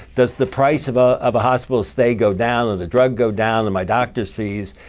does the price of ah of a hospital stay go down, or the drug go down, and my doctor's fees?